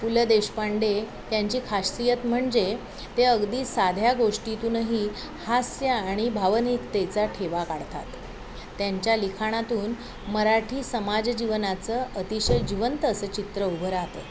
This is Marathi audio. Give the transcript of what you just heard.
पु ल देशपांडे त्यांची खासियत म्हणजे ते अगदी साध्या गोष्टीतूनही हास्य आणि भावनिकतेचा ठेवा काढतात त्यांच्या लिखाणातून मराठी समाज जीवनाचं अतिशय जिवंत असं चित्र उभं राहात